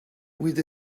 with